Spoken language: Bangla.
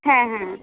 হ্যাঁ হ্যাঁ